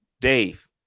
Dave